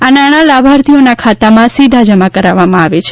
આ નાણા લાભાર્થીઓના ખાતામાં સીધા જમા કરાવવામાં આવે છે